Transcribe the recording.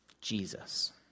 Jesus